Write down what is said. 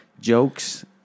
jokes